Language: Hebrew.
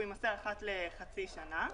והוא יימסר אחת לחצי שנה,